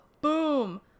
boom